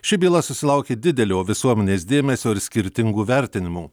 ši byla susilaukė didelio visuomenės dėmesio ir skirtingų vertinimų